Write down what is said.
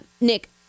Nick